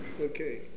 Okay